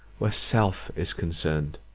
where self is concerned.